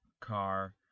car